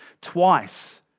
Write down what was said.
twice